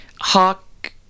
Hawk